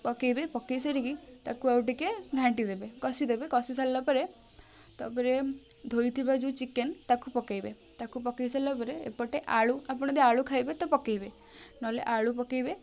ପକାଇବେ ପକାଇ ସାରିକି ତାକୁ ଆଉ ଟିକେ ଘାଣ୍ଟିଦେବେ କଷିଦେବେ କଷି ସାରିଲା ପରେ ତା'ପରେ ଧୋଇଥିବା ଯେଉଁ ଚିକେନ୍ ତାକୁ ପକାଇବେ ତାକୁ ପକାଇସାରିଲା ପରେ ଏପଟେ ଆଳୁ ଆପଣ ଯଦି ଆଳୁ ଖାଇବେ ତ ପକାଇବେ ନହେଲେ ଆଳୁ ପକାଇବେ